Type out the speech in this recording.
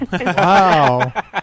Wow